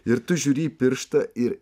ir tu žiūri į pirštą ir